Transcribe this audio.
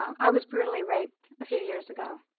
i was brutally raped a few years ago.